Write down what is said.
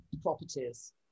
properties